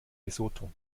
lesotho